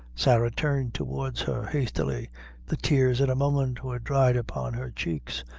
sarah turned towards her hastily the tears, in a moment, were dried upon her cheeks,